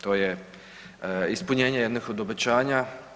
To je ispunjenje jednih od obećanja.